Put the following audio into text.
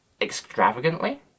extravagantly